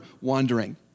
wandering